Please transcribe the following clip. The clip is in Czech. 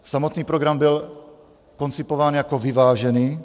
Samotný program byl koncipován jako vyvážený.